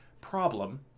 problem